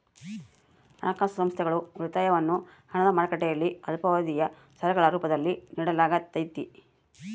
ಹಣಕಾಸು ಸಂಸ್ಥೆಗಳು ಉಳಿತಾಯವನ್ನು ಹಣದ ಮಾರುಕಟ್ಟೆಯಲ್ಲಿ ಅಲ್ಪಾವಧಿಯ ಸಾಲಗಳ ರೂಪದಲ್ಲಿ ನಿಡಲಾಗತೈತಿ